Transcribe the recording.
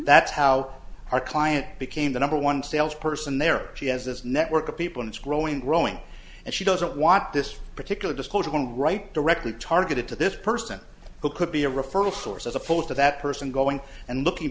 that's how our client became the number one sales person there she has this network of people it's growing growing and she doesn't want this particular disclosure going right directly targeted to this person who could be a referral source as opposed to that person going and looking